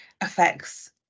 affects